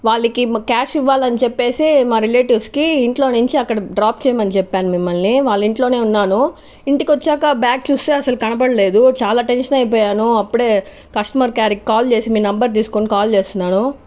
వాళ్ళకి క్యాష్ ఇవ్వాలని చెప్పేసే మా రిలేటివ్స్ కి ఇంట్లో నుంచి అక్కడ డ్రాప్ చేయమని చెప్పాను మిమ్మల్ని వాళ్ళ ఇంట్లోనే ఉన్నాను ఇంటికి వచ్చాక బ్యాగ్ చూస్తే అస్సల్ కనబడలేదు చాలా టెన్షన్ అయిపోయాను అప్పుడే కస్టమర్ కేర్ కి కాల్ చేసి మీ నెంబర్ తీసుకొని కాల్ చేస్తున్నాను